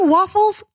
Waffles